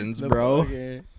bro